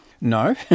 No